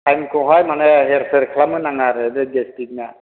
थाइमखौहाय माने हेर फेर खालामनो नाङा आरो बे गेस्टिक ना